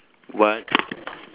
what